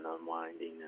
unwinding